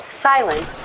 silence